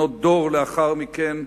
שנות דור לאחר מכן,